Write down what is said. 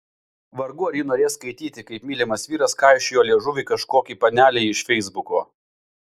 vargu ar ji norės skaityti kaip mylimas vyras kaišiojo liežuvį kažkokiai panelei iš feisbuko